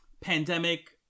pandemic